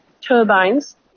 turbines